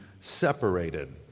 separated